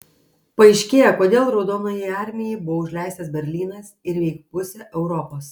paaiškėja kodėl raudonajai armijai buvo užleistas berlynas ir veik pusė europos